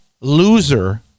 loser